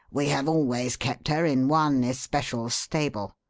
we have always kept her in one especial stable.